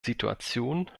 situation